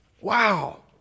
Wow